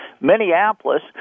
Minneapolis